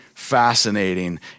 fascinating